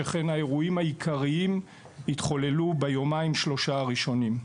שכן האירועים העיקריים התחוללו ביומיים-שלושה הראשונים.